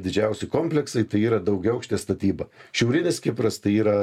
didžiausi kompleksai tai yra daugiaaukštė statyba šiaurinis kipras tai yra